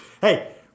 hey